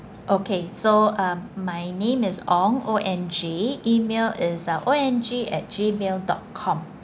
okay so uh my name is ong O N G email is uh ong at G mail dot com